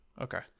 okay